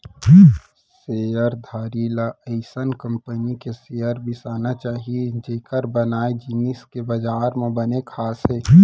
share धारी ल अइसन कंपनी के शेयर बिसाना चाही जेकर बनाए जिनिस के बजार म बने साख हे